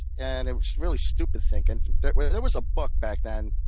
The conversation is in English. and it was really stupid thinking, there there was a book back then.